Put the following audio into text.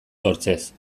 sortzez